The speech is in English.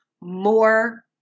more